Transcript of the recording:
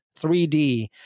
3d